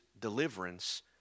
deliverance